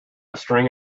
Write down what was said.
string